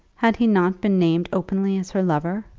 had he not been named openly as her lover?